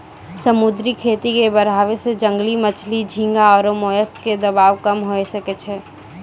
समुद्री खेती के बढ़ाबै से जंगली मछली, झींगा आरु मोलस्क पे दबाब कम हुये सकै छै